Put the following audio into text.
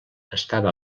estava